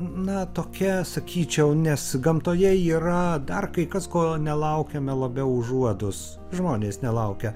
na tokia sakyčiau nes gamtoje yra dar kai kas ko nelaukiame labiau už uodus žmonės nelaukia